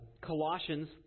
Colossians